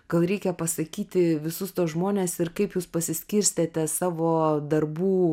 kur reikia pasakyti visus tuos žmones ir kaip jūs pasiskirstėte savo darbų